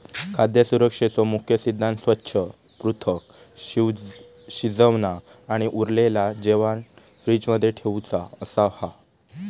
खाद्य सुरक्षेचो मुख्य सिद्धांत स्वच्छ, पृथक, शिजवना आणि उरलेला जेवाण फ्रिज मध्ये ठेउचा असो हा